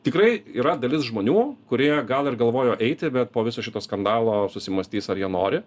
tikrai yra dalis žmonių kurie gal ir galvojo eiti bet po viso šito skandalo susimąstys ar jie nori